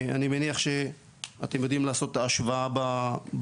אני מניח שאתם יודעים לעשות את ההשוואה במספרים.